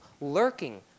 lurking